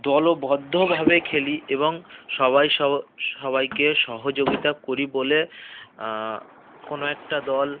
দলবদ্ধভাবে খেলি এবং সবাই সব সবাইকে সহযোগিতা করি বলে কোনো একটা দল